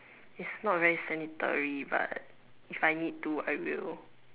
is not very sanitary but if I need to I will